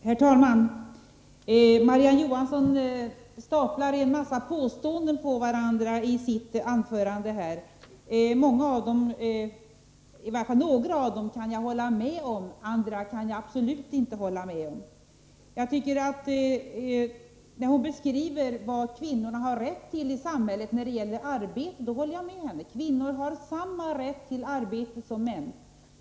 Herr talman! Marie-Ann Johansson staplar en massa påståenden på varandra i sitt anförande. Några av dem kan jag hålla med om, andra kan jag absolut inte hålla med om. När Marie-Ann Johansson beskriver vad kvinnorna har rätt till i samhället när det gäller arbete håller jag med henne. Kvinnor har samma rätt till arbete som män.